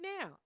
now